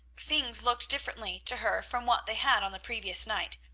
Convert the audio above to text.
things looked differently to her from what they had on the previous night.